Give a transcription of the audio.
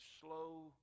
slow